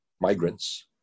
migrants